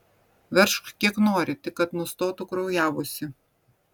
veržk kiek nori tik kad nustotų kraujavusi